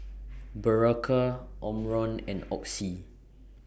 Berocca Omron and Oxy